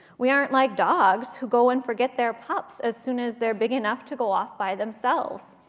we aren't like dogs, who go and forget their pups as soon as they're big enough to go off by themselves.